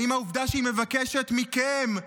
האם העובדה שהיא מבקשת מכם,